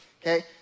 okay